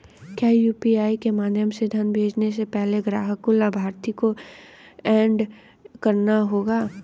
क्या यू.पी.आई के माध्यम से धन भेजने से पहले ग्राहक को लाभार्थी को एड करना होगा?